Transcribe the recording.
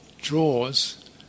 draws